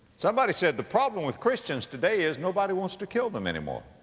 somebody said, the problem with christians today is nobody wants to kill them anymore.